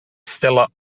stellar